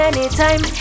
Anytime